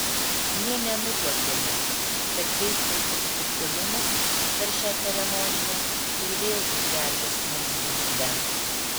nė nenutuokėme kad keistas atsitiktinumas per šią ceremoniją ir vėl išgelbės mums gyvybę